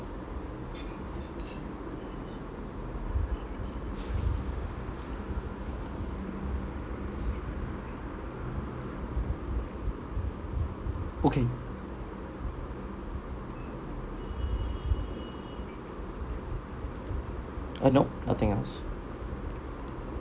okay uh no nothing else